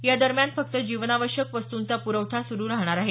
या दरम्यान फक्त जीवनावश्यक वस्तंचा प्रखठा सुरू राहणार आहे